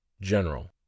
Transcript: general